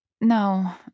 No